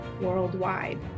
worldwide